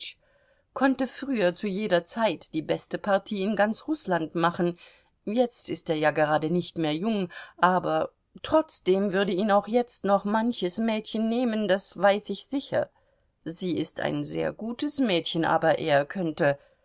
konnte früher zu jeder zeit die beste partie in ganz rußland machen jetzt ist er ja gerade nicht mehr jung aber trotzdem würde ihn auch jetzt noch manches mädchen nehmen das weiß ich sicher sie ist ein sehr gutes mädchen aber er könnte